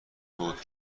بود